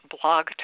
Blog